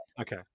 Okay